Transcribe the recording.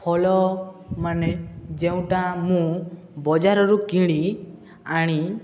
ଫଳ ମାନେ ଯେଉଁଟା ମୁଁ ବଜାରରୁ କିଣି ଆଣି